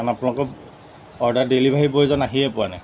কাৰণ আপোনালোকৰ order delivery বয়জন আহিয়ে পোৱা নাই